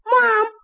Mom